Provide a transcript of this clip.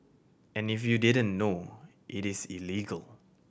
and if you didn't know it is illegal